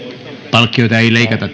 palkkioita ei leikata